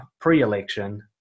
pre-election